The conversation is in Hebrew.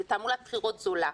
זאת תעמולת בחירות זולה.